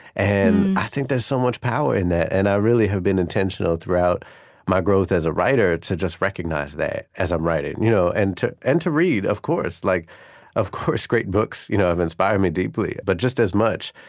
and i think there's so much power in that. and i really have been intentional, throughout my growth as a writer, to just recognize that as i'm writing you know and and to read, of course like of course, great books you know have inspired me deeply, but just as much,